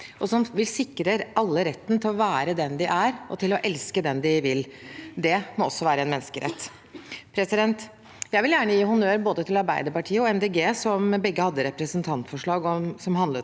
og som vil sikre alle retten til å være den de er, og til å elske den de vil. Det må også være en menneskerett. Jeg vil gjerne gi honnør til både Arbeiderpartiet og Miljøpartiet De Grønne, som begge hadde representantforslag som handlet om